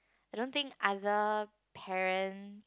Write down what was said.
I don't think other parent